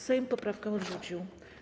Sejm poprawkę odrzucił.